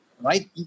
Right